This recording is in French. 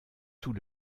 tout